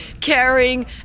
caring